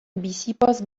bizipoz